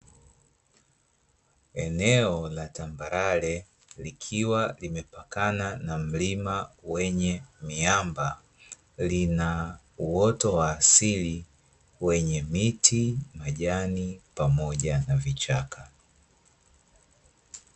Eneo la tambarare likiwa limepakana milima wenye miamba, lina uoto wa asili wenye miti, majani pamoja na vichaka